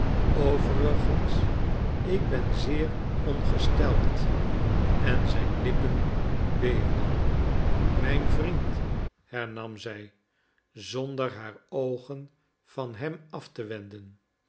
overigens ik ben zeer ongesteld en zijn lippen beefden mijn vriend hernam zij zonder haar oogen van hem af te wenden